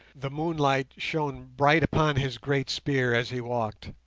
the moonlight shone bright upon his great spear as he walked.